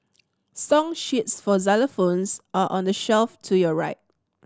song sheets for xylophones are on the shelf to your right